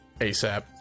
asap